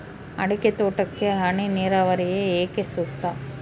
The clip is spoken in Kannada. ಅಡಿಕೆ ತೋಟಕ್ಕೆ ಹನಿ ನೇರಾವರಿಯೇ ಏಕೆ ಸೂಕ್ತ?